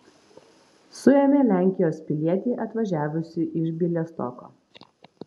suėmė lenkijos pilietį atvažiavusį iš bialystoko